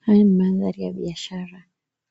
Haya ni mandari ya biashara.